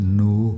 no